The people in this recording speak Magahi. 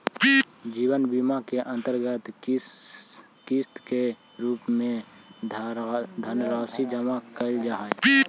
जीवन बीमा के अंतर्गत किस्त के रूप में धनराशि जमा कैल जा हई